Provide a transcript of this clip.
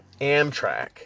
Amtrak